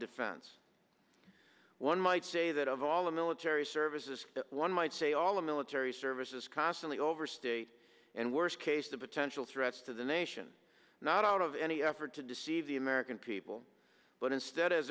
defense one might say that of all the military services one might say all the military services constantly overstate and worst case the potential threats to the nation not out of any effort to deceive the american people but instead